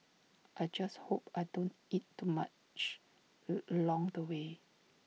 I just hope I don't eat too much A along the way